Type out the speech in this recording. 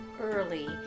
early